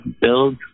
build